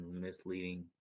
misleading